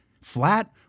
flat